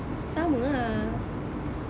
sama ah